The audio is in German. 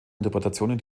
interpretationen